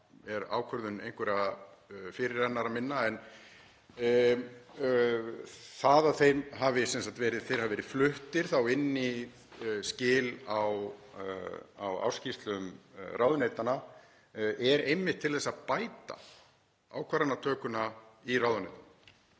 hana er ákvörðun einhverra fyrirrennara minna en það að þeir hafi verið fluttir inn í skil á ársskýrslum ráðuneytanna er einmitt til þess að bæta ákvarðanatökuna í ráðuneytunum.